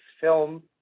film